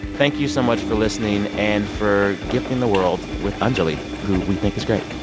thank you so much for listening and for gifting the world with anjuli, who we think is great.